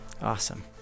Awesome